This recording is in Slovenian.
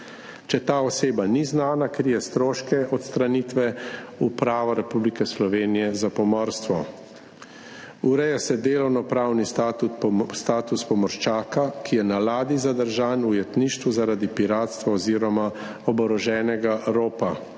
Če ta oseba ni znana, krije stroške odstranitve Uprava Republike Slovenije za pomorstvo. Ureja se delovnopravni status pomorščaka, ki je na ladji zadržan v ujetništvu zaradi piratstva oziroma oboroženega ropa.